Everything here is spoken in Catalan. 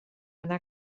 anar